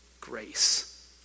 grace